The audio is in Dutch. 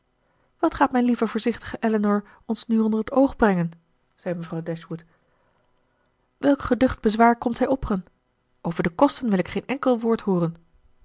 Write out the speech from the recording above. wat gaat mijn lieve voorzichtige elinor ons nu onder het oog brengen zei mevrouw dashwood welk geducht bezwaar komt zij opperen over de kosten wil ik geen enkel woord hooren